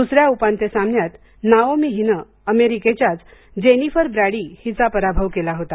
दुसऱ्या उपांत्य सामन्यात नाओमी हिनं अमेरिकेच्याच जेनिफर ब्रॅडी हिचा पराभव केला होता